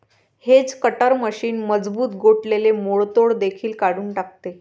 hedge cutter machine मजबूत गोठलेले मोडतोड देखील काढून टाकते